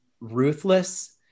ruthless